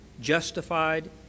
justified